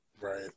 Right